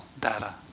data